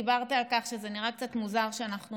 דיברת על כך שזה נראה קצת מוזר שאנחנו